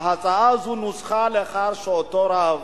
ההצעה הזו נוסחה לאחר שאותו רב,